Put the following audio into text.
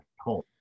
home